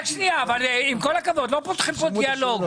עם כל הכבוד, לא פותחים כאן דיאלוג.